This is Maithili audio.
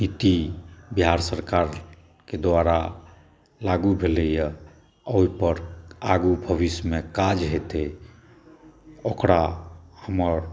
नीति बिहार सरकारके द्वारा लागू भेलै यऽ आ ओहि पर आगू भविष्यमे काज हेतै ओकरा हमर